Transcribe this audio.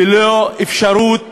וללא אפשרות